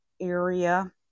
area